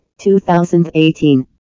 2018